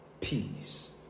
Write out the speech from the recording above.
peace